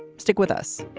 stick with us